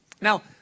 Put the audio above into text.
Now